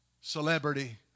celebrity